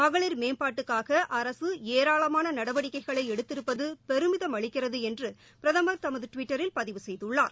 மகளிர் மேம்பாட்டுக்காக அரசு ஏராளமான நடவடிக்கைகளை எடுத்திருப்பது பெருமிதம் அளிக்கிறது என்று பிரதமர் தமது டுவிட்டரில் பதிவு செய்துள்ளார்